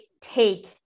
take